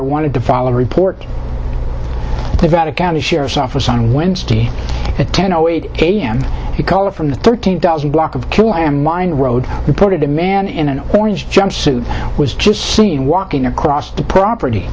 wanted to follow a report about a county sheriff's office on wednesday at ten o eight a m the caller from the thirteen thousand block of kill am mine road reported a man in an orange jumpsuit was just seen walking across the property